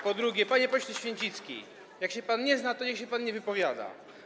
Po drugie, panie pośle Święcicki, jak się pan nie zna, to niech się pan nie wypowiada.